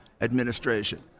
administration